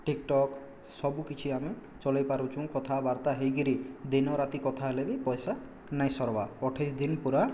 TikTok ସବୁକିଛି ଆମେ ଚଳେଇ ପାରୁଛୁ କଥାବାର୍ତ୍ତା ହେଇକିରି ଦିନରାତି କଥା ହେଲେବି ପଇସା ନାଇଁ ସରବାର୍ ଅଠେଇଶି ଦିନ୍ ପୁରା